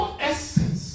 essence